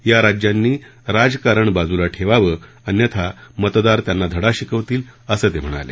या राज्यांनी राजकारण बाजूला ठेवावं अन्यथा मतदार त्यांना धडा शिकवतील असं ते म्हणाले